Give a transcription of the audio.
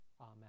Amen